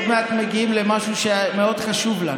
עוד מעט מגיעים למשהו שמאוד חשוב לך.